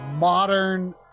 Modern